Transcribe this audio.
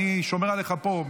אני שומר עליך פה,